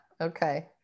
okay